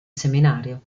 seminario